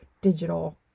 digital